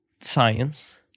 science